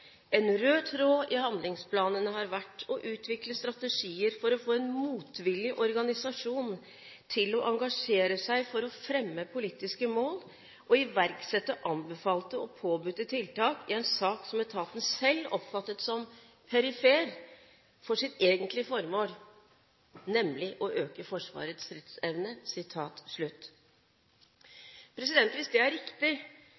rød tråd i handlingsplanene har vært å utvikle strategier for å få en motvillig organisasjon til å engasjere seg for å fremme politiske mål og iverksette anbefalte og påbudte tiltak i en sak som etaten selv oppfattet som perifert for sitt egentlige formål, nemlig å øke Forsvarets